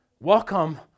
Welcome